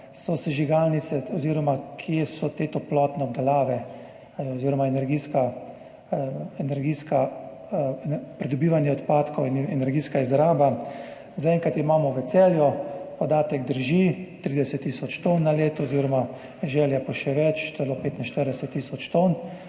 sosežigalnice oziroma kje so te toplotne obdelave oziroma pridobivanje odpadkov in energijska izraba. Zaenkrat imamo v Celju, podatek drži, 30 tisoč ton na leto oziroma želja je po še več, celo 45 tisoč ton.